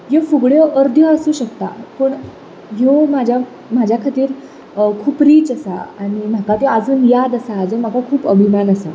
ह्यो फुगड्यो अर्द्यो आसूंक शकता पूण ह्यो म्हज्या म्हज्या खातीर खूब रीच आसा आनी म्हाका त्यो अजून याद आसा हाचो म्हाका खूब अभिमान आसा